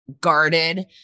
guarded